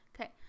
Okay